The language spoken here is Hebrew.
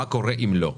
מה יקרה אם לא.